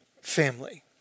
family